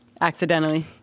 accidentally